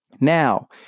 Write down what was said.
Now